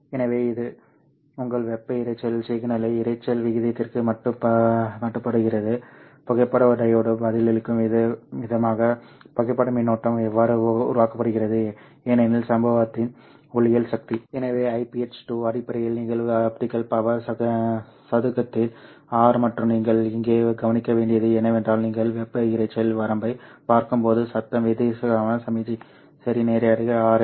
எனவே இது உங்கள் வெப்ப இரைச்சல் சிக்னலை இரைச்சல் விகிதத்திற்கு மட்டுப்படுத்துகிறது புகைப்பட டையோடு பதிலளிக்கும் விதமாக புகைப்பட மின்னோட்டம் எவ்வாறு உருவாக்கப்படுகிறது ஏனெனில் சம்பவத்தின் ஒளியியல் சக்தி எனவே Iph 2 அடிப்படையில் நிகழ்வு ஆப்டிகல் பவர் சதுக்கத்தில் R மற்றும் நீங்கள் இங்கே கவனிக்க வேண்டியது என்னவென்றால் நீங்கள் வெப்ப இரைச்சல் வரம்பைப் பார்க்கும்போது சத்தம் விகிதத்திற்கான சமிக்ஞை சரி நேரடியாக RL